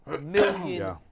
million